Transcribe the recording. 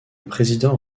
président